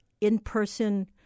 in-person